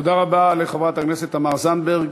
תודה רבה לחברת הכנסת תמר זנדברג.